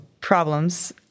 problems